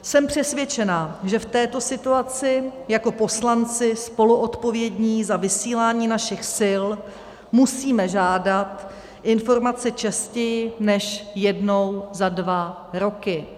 Jsem přesvědčená, že v této situaci jako poslanci spoluodpovědní za vysílání našich sil musíme žádat informace častěji než jednou za dva roky.